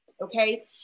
okay